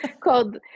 called